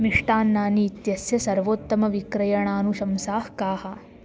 मिष्टान्नानि इत्यस्य सर्वोत्तमविक्रयणानुशंसाः काः